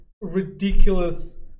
ridiculous